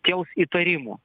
kels įtarimų